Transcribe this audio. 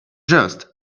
just